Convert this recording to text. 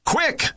quick